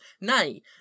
nay